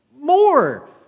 more